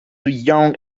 young